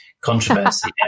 controversy